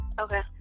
Okay